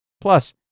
Plus